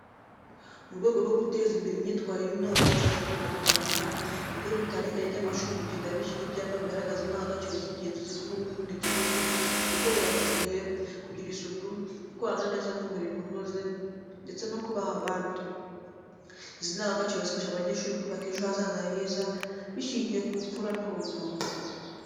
Mu rwego rwo guteza imbere imyitwarire n’indangagaciro z’ubunyarwanda, ibigo bitandukanye by'amashuri bigenda bishyira ibyapa bigaragaza indangagaciro z’ingenzi zirimo gukunda igihugu, gukorera ku gihe, kugira isuku, gukora neza n’umurimo unoze, ndetse no kubaha abandi. Izi ndangagaciro zifasha abanyeshuri kubaka ejo hazaza heza bishingiye ku bupfura n’ubumuntu.